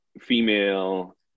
female